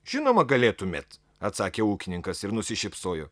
žinoma galėtumėt atsakė ūkininkas ir nusišypsojo